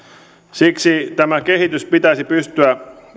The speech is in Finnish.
siksi tämä kehitys pitäisi pystyä